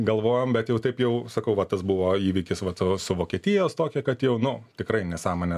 galvojom bet jau taip jau sakau va tas buvo įvykis va su vokietijos tokia kad jau nu tikrai nesąmonę